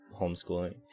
homeschooling